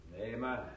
Amen